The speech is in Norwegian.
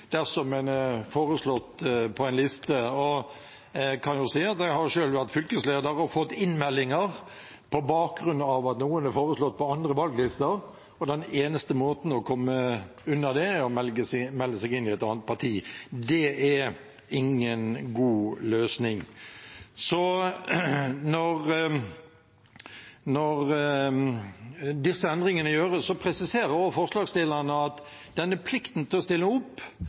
dersom man er foreslått på en liste. Jeg har selv vært fylkesleder og fått innmeldinger på bakgrunn av at noen er foreslått på andre valglister, og den eneste måten å komme seg unna det på er å melde seg inn i et annet parti. Det er ingen god løsning. Selv om disse endringene skal gjøres, presiserer forslagsstillerne at man ikke skal rokke ved plikten til å stille opp